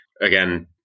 Again